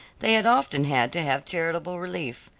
they had often had to have charitable relief.